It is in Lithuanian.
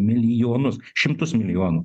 milijonus šimtus milijonų